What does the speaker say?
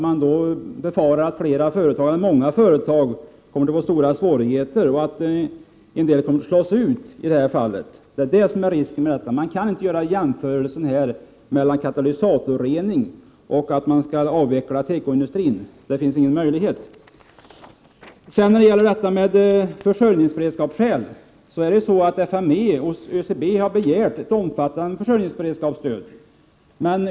Man kan befara att många företag får stora svårigheter och att en del slås ut. Detta är risken. Man kan inte göra en jämförelse mellan katalysatorrening och en avveckling av tekoindustrin. När det gäller försörjningsberedskapen har FMV och ÖCB begärt ett omfattande försörjningsberedskapsstöd.